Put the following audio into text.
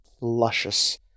luscious